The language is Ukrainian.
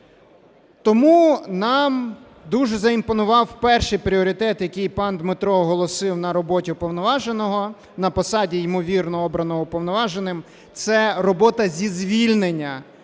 Тому нам дуже заімпонував перший пріоритет, який пан Дмитро оголосив на роботі Уповноваженого, на посаді ймовірно обраного Уповноваженим, це робота зі звільнення